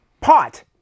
Pot